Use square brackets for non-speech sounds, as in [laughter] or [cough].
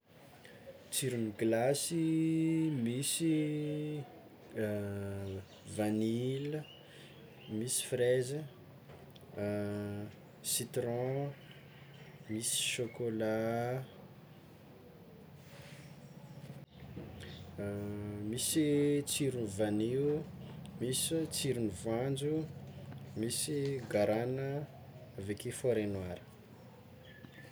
Tesirony glasy misy: [hesitation] vanille, misy freze, [hesitation] citron, misy chocolat, [hesitation] misy tsirony vanio, misy tsirony voanjo, misy garana, aveke forret noir.